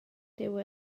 dyw